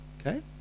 Okay